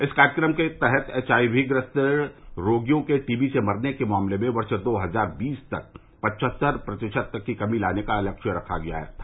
इस कार्यक्रम के तहत एचआईवी ग्रस्त रोगियों के टीबी से मरने के मामलों में वर्ष दो हजार बीस तक पछत्तर प्रतिशत तक की कमी लाने का लक्ष्य रखा गया था